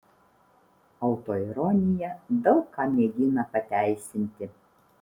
autoironija daug ką mėgina pateisinti